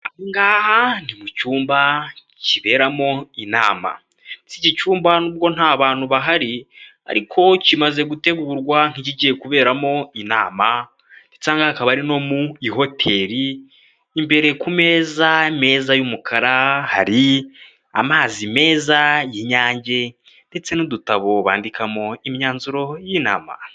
Aha ngaha ni mu cyumba kiberamo inama. Ndetse iki cyumba nubwo nta bantu bahari ariko kimaze gutegurwa nk'ikigiye kuberamo inama ndetse akaba ari no mu ihoteli, imbere ku meza imeza y'umukara hari amazi meza y'inyange ndetse n'udutabo bandikamo imyanzuro y'inama.